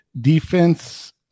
defense –